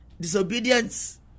Disobedience